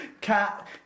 cat